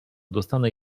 dostanę